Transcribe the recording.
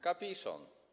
Kapiszon.